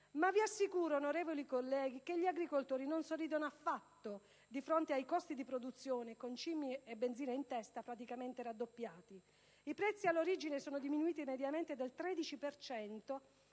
ma vi assicuro, onorevoli colleghi, che gli agricoltori non sorridono affatto di fronte ai costi di produzione (concimi e benzina in testa) praticamente raddoppiati. I prezzi all'origine sono diminuiti mediamente del 13